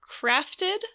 crafted